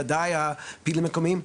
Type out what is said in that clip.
ודאי הפעילים המקומיים,